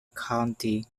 county